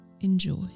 enjoy